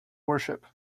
worship